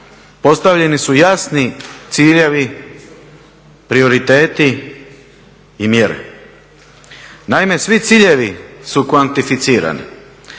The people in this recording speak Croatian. postavljeni su jasni ciljevi, prioriteti i mjere. Naime, svi ciljevi su kvantificirani